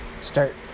start